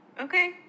Okay